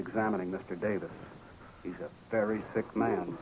examining mr davis he's a very sick man